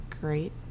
great